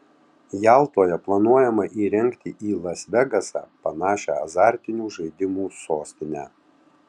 jaltoje planuojama įrengti į las vegasą panašią azartinių žaidimų sostinę